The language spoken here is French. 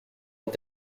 est